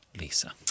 Lisa